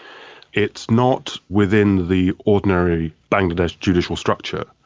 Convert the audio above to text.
it's not within the ordinary bangladesh judicial structure,